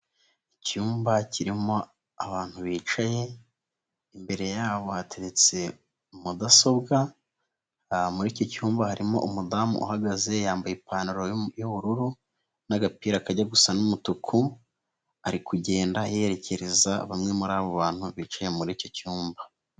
Icyumba kirimo abantu bicaye, imbere yabo hateretse mudasobwa, muri iki cyumba harimo umudamu uhagaze yambaye ipantaro y'ubururu n'agapira kajya gusa n'umutuku, ari kugenda yerekereza bamwe muri abo bantu bicaye muri icyo cyumba.